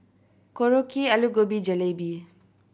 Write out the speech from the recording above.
Korokke Alu Gobi Jalebi